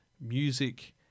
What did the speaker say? music